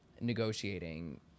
negotiating